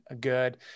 good